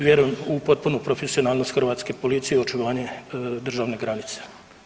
Vjerujem u potpunu profesionalnost hrvatske policije i očuvanje državne granice.